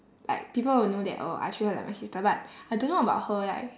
like people will know that oh I treat her like my sister but I don't know about her like